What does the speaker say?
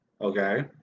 okay